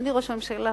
אדוני ראש הממשלה,